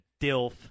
DILF